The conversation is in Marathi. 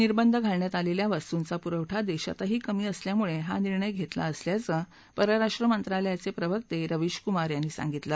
निर्बंध घालण्यात आलेल्या वस्तूंचा पुरवठा देशातही कमी असल्यामुळे हा निर्णय घेतला असल्याचं परराष्ट्र मंत्रालयाचे प्रवक्ते रविश कुमार यांनी सांगितलं